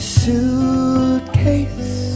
Suitcase